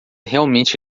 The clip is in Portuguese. realmente